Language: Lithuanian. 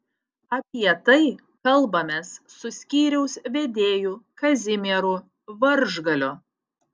apie tai kalbamės su skyriaus vedėju kazimieru varžgaliu